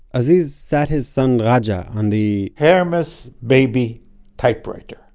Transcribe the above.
aziz sat his son raja on the, hermes baby typewriter,